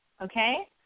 okay